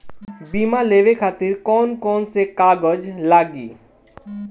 बीमा लेवे खातिर कौन कौन से कागज लगी?